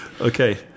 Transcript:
Okay